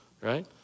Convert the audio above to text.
right